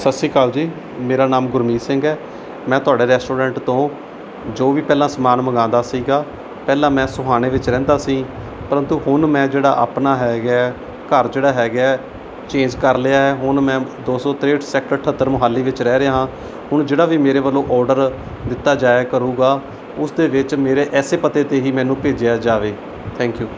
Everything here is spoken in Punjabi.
ਸਤਿ ਸ਼੍ਰੀ ਅਕਾਲ ਜੀ ਮੇਰਾ ਨਾਮ ਗੁਰਮੀਤ ਸਿੰਘ ਹੈ ਮੈਂ ਤੁਹਾਡੇ ਰੈਸਟੋਰੈਂਟ ਤੋਂ ਜੋ ਵੀ ਪਹਿਲਾਂ ਸਮਾਨ ਮੰਗਵਾਉਂਦਾ ਸੀਗਾ ਪਹਿਲਾਂ ਮੈਂ ਸੋਹਾਣੇ ਵਿੱਚ ਰਹਿੰਦਾ ਸੀ ਪ੍ਰੰਤੂ ਹੁਣ ਮੈਂ ਜਿਹੜਾ ਆਪਣਾ ਹੈਗਾ ਹੈ ਘਰ ਜਿਹੜਾ ਹੈਗਾ ਹੈ ਚੇਂਜ ਕਰ ਲਿਆ ਹੈ ਹੁਣ ਮੈਂ ਦੋ ਸੌ ਤ੍ਰੇਹਠ ਸੈਕਟਰ ਅਠੱਤਰ ਮੋਹਾਲੀ ਵਿੱਚ ਰਹਿ ਰਿਹਾ ਹਾਂ ਹੁਣ ਜਿਹੜਾ ਵੀ ਮੇਰੇ ਵੱਲੋਂ ਔਡਰ ਦਿੱਤਾ ਜਾਇਆ ਕਰੇਗਾ ਉਸ ਦੇ ਵਿੱਚ ਮੇਰੇ ਇਸ ਪਤੇ 'ਤੇ ਹੀ ਮੈਨੂੰ ਭੇਜਿਆ ਜਾਵੇ ਥੈਂਕ ਯੂ